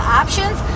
options